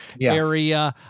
area